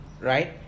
Right